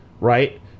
right